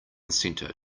center